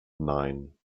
nine